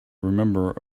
remember